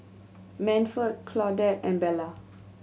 Manford Claudette and Bella